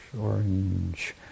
orange